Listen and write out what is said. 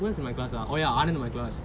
who else in my class ah oh ya arnold in my class